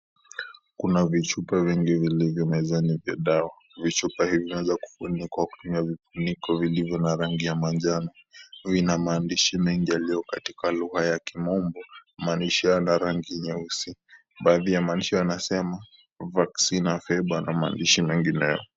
Kuna vichupa vingi vilivyo mezani vya dawa. Vichupa hivi vimefunikwa kwa kutumia vifuniko vilivyo na rangi ya manjano. Vina maandishi mengi yaliyo katika lugha ya Kimombo. Maandishi haya yana rangi nyeusi. Baadhi ya maandishi yanasema "Vaccina Febre" na maandishi mengineyo.